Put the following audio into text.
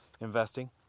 investing